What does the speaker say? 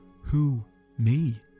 who-me